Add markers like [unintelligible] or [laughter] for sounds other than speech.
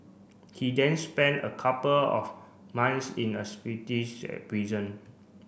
he then spent a couple of months in a [unintelligible] prison